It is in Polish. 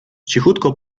cichutko